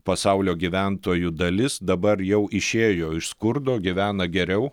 pasaulio gyventojų dalis dabar jau išėjo iš skurdo gyvena geriau